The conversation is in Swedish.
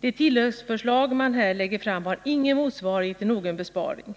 Det tilläggsförslag utskottsmajoriteten här lägger fram har inte någon motsvarighet i en besparing på annat håll.